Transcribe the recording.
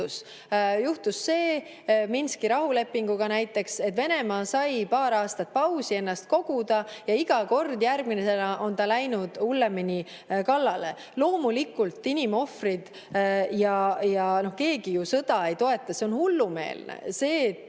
juhtus näiteks Minski rahulepinguga, oli see, et Venemaa sai paar aastat pausi, sai ennast koguda ja igal järgmisel korral on ta läinud hullemini kallale. Loomulikult inimohvrid. Keegi ju sõda ei toeta. See on hullumeelne.